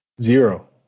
zero